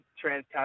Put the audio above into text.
Trans